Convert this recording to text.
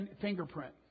fingerprint